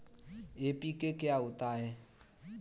NPK क्या होता है?